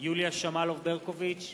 יוליה שמאלוב-ברקוביץ,